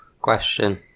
Question